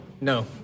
No